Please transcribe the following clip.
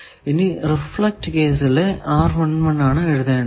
ഇനി റിഫ്ലക്ട് കേസിലെ ആണ് എഴുതേണ്ടത്